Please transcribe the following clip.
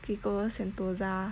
kiko sentosa